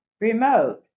remote